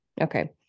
okay